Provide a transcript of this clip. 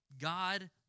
God